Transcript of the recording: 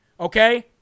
Okay